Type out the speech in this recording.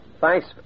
Thanks